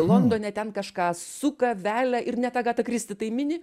londone ten kažką suka velia ir net agata kristi tai mini